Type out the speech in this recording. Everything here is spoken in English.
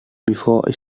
before